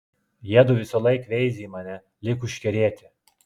jiedu visąlaik veizi į mane lyg užkerėti